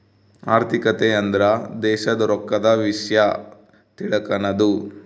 ಆರ್ಥಿಕತೆ ಅಂದ್ರ ದೇಶದ್ ರೊಕ್ಕದ ವಿಷ್ಯ ತಿಳಕನದು